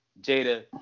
Jada